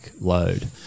load